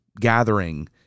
gathering